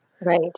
Right